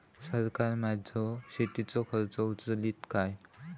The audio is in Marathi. सरकार माझो शेतीचो खर्च उचलीत काय?